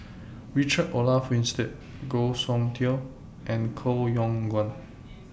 Richard Olaf Winstedt Goh Soon Tioe and Koh Yong Guan